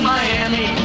Miami